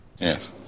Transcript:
Yes